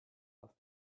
saskia